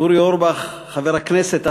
אורי אורבך חבר הכנסת,